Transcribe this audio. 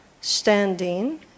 standing